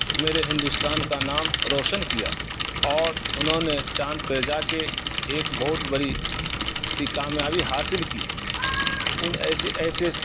میرے ہندوستان کا نام روشن کیا اور انہوں نے چاند پہ جا کے ایک بہت بڑی سی کامیابی حاصل کی ان ایسے ایسے